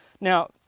Now